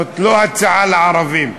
זאת לא הצעה לערבים,